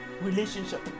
relationship